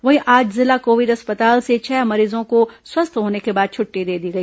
वहीं आज जिला कोविड अस्पताल से छह मरीजों को स्वस्थ होने के बाद छुट्टी दे दी गई